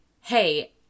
hey